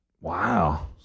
Wow